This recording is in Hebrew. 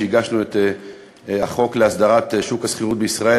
הגשנו את החוק להסדרת שוק השכירות בישראל,